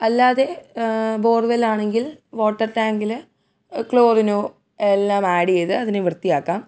അല്ലാതെ ബോർവെൽ ആണെങ്കിൽ വാട്ടർ ടാങ്കിൽ ക്ലോറിനോ എല്ലാം ആഡ് ചെയ്ത് അതിനെ വൃത്തിയാക്കാം